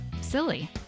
silly